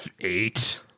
eight